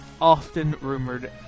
often-rumored